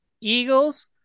Eagles